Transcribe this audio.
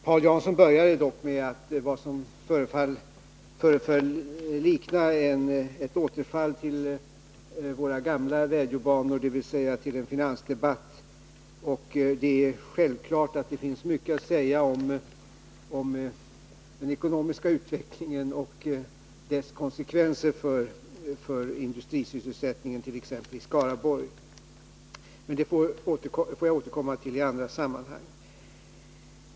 Paul Jansson började med vad som föreföll likna ett återfall till våra gamla vädjobanor, dvs. till en finansdebatt. Naturligtvis finns det mycket att säga om den ekonomiska utvecklingen och dess konsekvenser för industrisysselsättningen t.ex. i Skaraborg, men det får jag återkomma till i andra sammanhang.